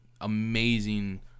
amazing